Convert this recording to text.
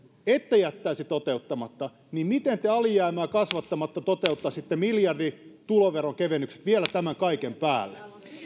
ette jättäisi toteuttamatta niin miten te alijäämää kasvattamatta toteuttaisitte miljardituloveronkevennykset vielä tämän kaiken päälle